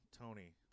Tony